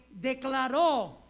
declaró